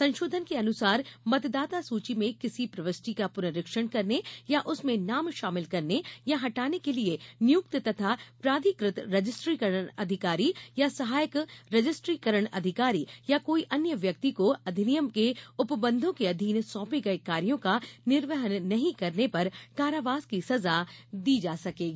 संशोधन अनुसार मतदाता सुची में किसी प्रविष्टि का पुनरीक्षण करने या उसमें नाम शामिल करने या हटाने के लिए नियुक्त तथा प्राधिकृत रजिस्ट्रीकरण अधिकारी या सहायक रजिस्ट्रीकरण अधिकारी या कोई अन्य व्यक्ति को अधिनियम के उपबंधों के अधीन सौंपे गए कार्यों का निर्वहन नहीं करने पर कारावास की सजा दी जा सकेगी